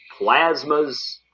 plasmas